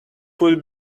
would